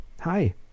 Hi